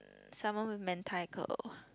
uh salmon with Mentaiko